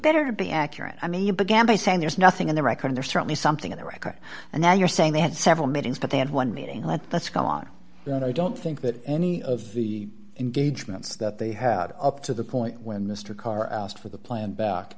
better to be accurate i mean you began by saying there's nothing in the record or certainly something in the record and now you're saying they had several meetings but they had one meeting let's go on and i don't think that any of the engagements that they had up to the point when mr carr asked for the plan back